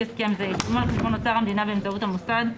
הסכם זה ישולמו על חשבון אוצר המדינה באמצעות המוסד.